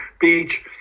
beach